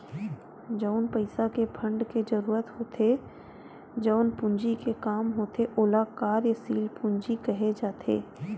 जउन पइसा के फंड के जरुरत होथे जउन पूंजी के काम होथे ओला कार्यसील पूंजी केहे जाथे